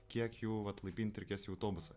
kiek jų vat laipint reikės į autobusą